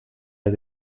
les